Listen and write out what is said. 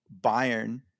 Bayern